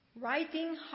Writing